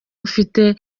mfite